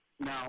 Now